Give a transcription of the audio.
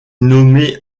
nommé